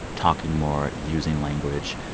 talking more, using language,